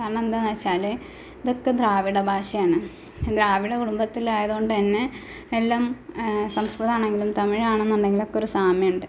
കാരണം എന്താണെന്ന് വച്ചാൽ ഇതൊക്കെ ദ്രാവിഡ ഭാഷയാണ് ദ്രാവിഡ കുടുംബത്തിൽ ആയതു കൊണ്ട് തന്നെ എല്ലം സംസ്കൃതമാണെങ്കിലും തമിഴാണെന്നുണ്ടെങ്കിലുമൊക്കെ ഒരു സാമ്യമുണ്ട്